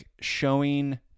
showing